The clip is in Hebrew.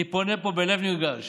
אני פונה פה בלב נרגש